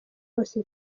hose